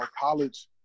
college